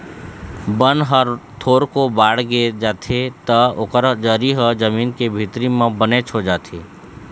बन ह थोरको बाड़गे जाथे त ओकर जरी ह जमीन के भीतरी म बनेच हो जाथे